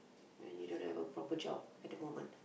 when you don't have a proper job at the moment